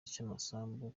cy’amasambu